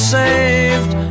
saved